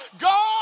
God